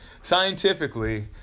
scientifically